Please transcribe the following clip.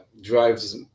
drives